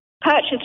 purchase